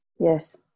Yes